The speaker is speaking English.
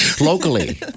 locally